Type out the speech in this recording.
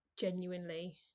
genuinely